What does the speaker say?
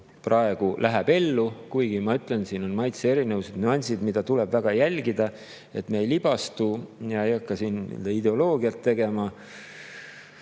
praegu läheb ellu. Samas ma ütlen, siin on maitseerinevused, nüansid, mida tuleb jälgida, et me ei libastu ega hakka ideoloogiat tegema